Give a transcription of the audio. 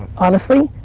honestly,